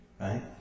right